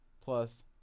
plus